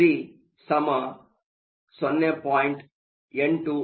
30